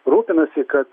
rūpinasi kad